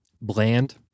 bland